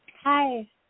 Hi